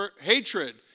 hatred